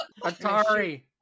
atari